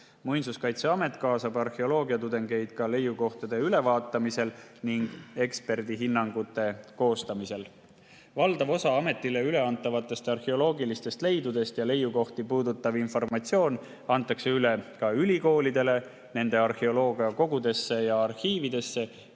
Muinsuskaitseamet kaasab arheoloogiatudengeid leiukohtade ülevaatamisse ning eksperdihinnangute koostamisse. Valdav osa ametile üleantavatest arheoloogilistest leidudest ja leiukohti puudutav informatsioon antakse üle ülikoolidele, nende arheoloogiakogudesse ja arhiividesse,